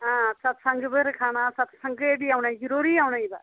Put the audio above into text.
आं सत्संग बी रक्खाना ते सत्संग गी बी औना ई जरूरी औना बाऽ